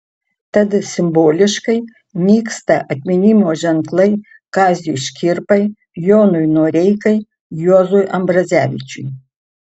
tad simboliškai nyksta atminimo ženklai kaziui škirpai jonui noreikai juozui ambrazevičiui